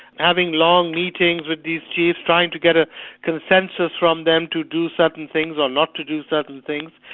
having long meetings with these chiefs, trying to get a consensus from them to do certain things, or not to do certain things,